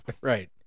Right